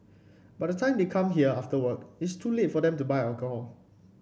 by the time they come here after work it's too late for them to buy alcohol